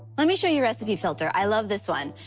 let me show you recipe filter. i love this one.